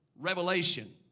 Revelation